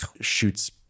shoots